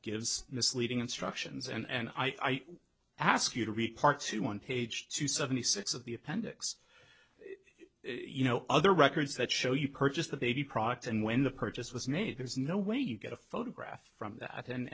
gives misleading instructions and i ask you to read part two one page two seventy six of the appendix you know other records that show you purchased the baby product and when the purchase was made there's no way you get a photograph from that